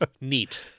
neat